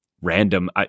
random